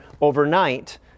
overnight